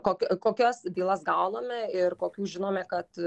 kokį kokias bylas gauname ir kokių žinome kad